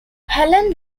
helen